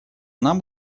нам